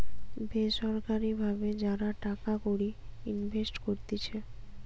বেসরকারি ভাবে যারা টাকা কড়ি ইনভেস্ট করতিছে